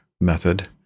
method